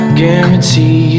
guarantee